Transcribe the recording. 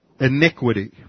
iniquity